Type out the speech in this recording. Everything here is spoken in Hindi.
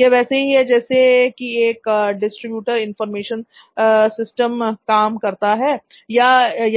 यह वैसे ही है जैसे कि एक डिस्ट्रीब्यूटर इनफॉरमेशन सिस्टम काम करता है या